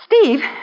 Steve